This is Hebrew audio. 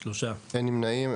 3 נמנעים,